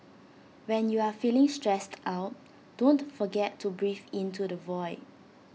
when you are feeling stressed out don't forget to breathe into the void